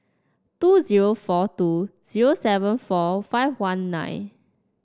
two zero four two zero seven four five one nine